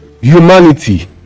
humanity